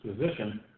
position